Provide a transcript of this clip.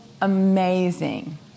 amazing